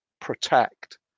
protect